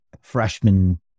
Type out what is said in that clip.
freshman